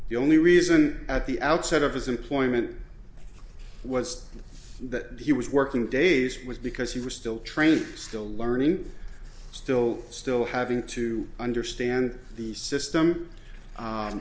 the only reason at the outset of his employment was that he was working days was because he was still trained still learning still still having to understand the system